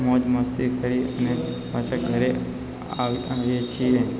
મોજ મસ્તી કરી અને પાછાં ઘરે આવીએ છીએ